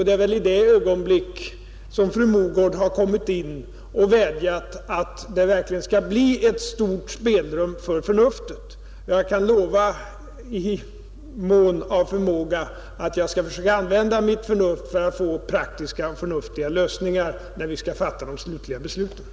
Det är väl i det ögonblicket som fru Mogård har kommit in och vädjat att det skall bli ett stort spelrum för förnuftet. Jag kan lova att jag i mån av förmåga skall försöka använda mitt förnuft för att få praktiska och förnuftiga lösningar när vi skall fatta de slutliga besluten.